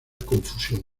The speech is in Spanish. confusión